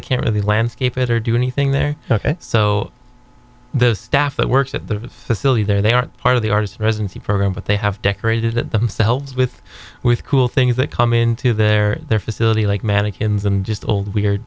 the landscape it or do anything they're ok so the staff that works at the facility there they aren't part of the artist residency program but they have decorated it themselves with with cool things that come into their their facility like mannequins i'm just old we